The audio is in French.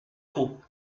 coup